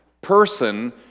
person